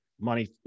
money